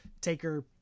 Taker